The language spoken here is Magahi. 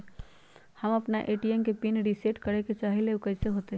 हम अपना ए.टी.एम के पिन रिसेट करे के चाहईले उ कईसे होतई?